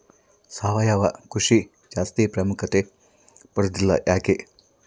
ಸಾವಯವ ಕೃಷಿ ಜಾಸ್ತಿ ಪ್ರಾಮುಖ್ಯತೆ ಪಡೆದಿಲ್ಲ ಯಾಕೆ?